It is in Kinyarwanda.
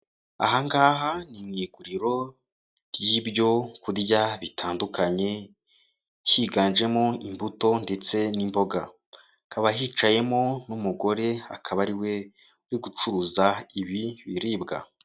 Aha ngaha ni mi iguriro ry'ibyo kurya bitandukanye higanjemo imbuto ndetse n'imboga, hakaba hicayemo n'umugore akaba ari we uri gucuruza ibi biribwa.